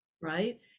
right